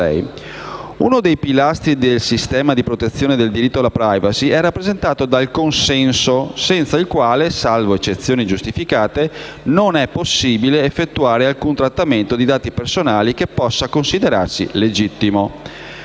Uno dei pilastri del sistema di protezione del diritto alla *privacy* è rappresentato dal consenso, senza il quale, salvo eccezioni giustificate, non è possibile effettuare alcun trattamento di dati personali che possa considerarsi legittimo.